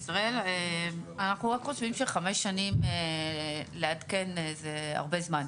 אנחנו רק חושבים שחמש שנים לעדכן זה הרבה זמן.